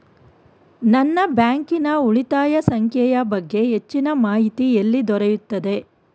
ನನ್ನ ಬ್ಯಾಂಕಿನ ಉಳಿತಾಯ ಸಂಖ್ಯೆಯ ಬಗ್ಗೆ ಹೆಚ್ಚಿನ ಮಾಹಿತಿ ಎಲ್ಲಿ ದೊರೆಯುತ್ತದೆ?